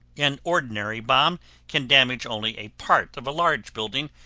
an ordinary bomb can damage only a part of a large building,